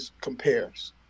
compares